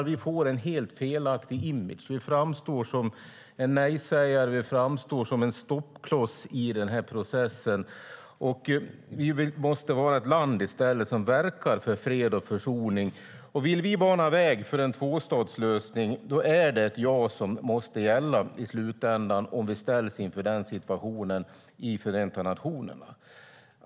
Vi får en helt felaktig image. Vi framstår som en nejsägare och en stoppkloss i den här processen. Vi måste i stället vara ett land som verkar för fred och försoning. Vill vi bana väg för en tvåstatslösning är det ett ja som måste gälla i slutändan om vi ställs inför den situationen i Förenta nationerna.